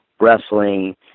wrestling